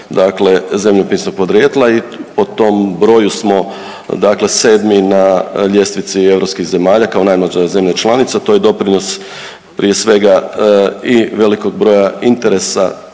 dakle zemljopisnog podrijetla i po tom broju smo, dakle sedmi na ljestvici europskih zemalja kao najmlađa zemlja članica. To je doprinos prije svega i velikog broja interesa